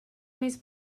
més